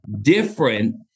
different